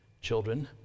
children